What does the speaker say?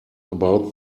about